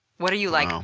what are you like, um